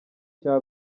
cya